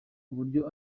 uburyo